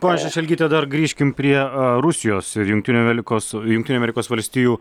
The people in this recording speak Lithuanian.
ponia šešelgyte dar grįžkim prie rusijos ir jungtinių amelikos jungtinių amerikos valstijų